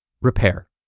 repair